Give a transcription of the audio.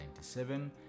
1997